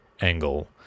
angle